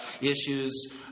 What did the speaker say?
issues